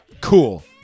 cool